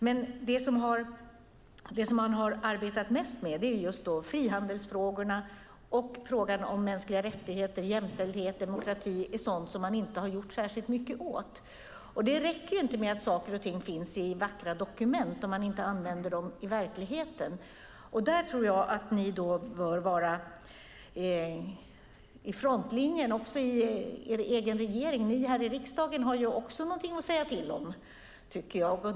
Men det som man har arbetat mest med är frihandelsfrågorna. Frågorna om mänskliga rättigheter, jämställdhet och demokrati är sådant som man inte har gjort särskilt mycket åt. Det räcker inte att saker och ting finns i vackra dokument om man inte använder dem i verkligheten. Där tror jag att ni bör vara i frontlinjen, också i er egen regering. Ni här i riksdagen har också någonting att säga till om, tycker jag.